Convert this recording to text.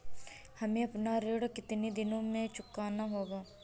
हमें अपना ऋण कितनी दिनों में चुकाना होगा?